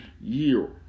year